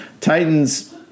Titans